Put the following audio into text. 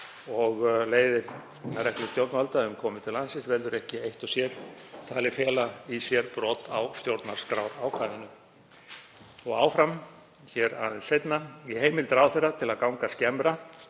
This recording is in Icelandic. og leiðir af reglum stjórnvalda um komur til landsins verður ekki eitt og sér talið fela í sér brot gegn stjórnarskrárákvæðinu.“ Svo segir hér aðeins seinna: „Í heimild ráðherra til að ganga skemmra